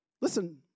Listen